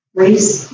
race